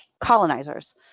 colonizers